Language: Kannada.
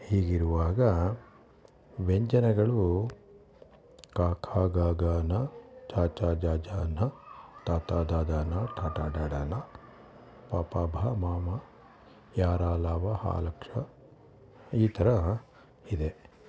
ಹೀಗಿರುವಾಗ ವ್ಯಂಜನಗಳು ಕ ಖ ಗ ಘ ಜ್ಞ ಚ ಛ ಡ ಢ ಣ ತ ಥ ದ ಧ ನ ಟ ಠ ಡ ಢ ಣ ಪ ಫ ಬ ಮ ಯ ರ ಲ ವ ಹ ಲ ಕ್ಷ ಈ ಥರ ಇದೆ